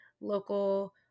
local